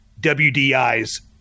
wdi's